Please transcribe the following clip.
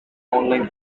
online